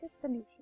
solution